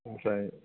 ओमफ्राय